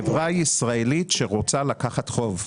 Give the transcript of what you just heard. חברה ישראלית שרוצה לקחת חוב,